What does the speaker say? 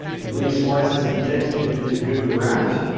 as many slices it takes to get these good and wrapped.